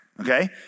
okay